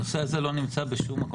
הנושא הזה לא נמצא בשום מקום,